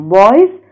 boys